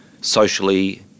socially